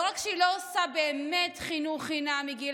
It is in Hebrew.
לא רק שהיא לא עושה באמת חינוך חינם מגיל